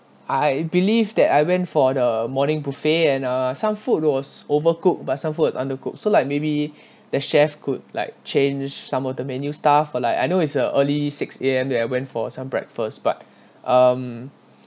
I believe that I went for the morning buffet and uh some food was overcooked but some food undercooked so like maybe the chef could like change some of the menu stuff or like I know is a early six A_M when I went for some breakfast but um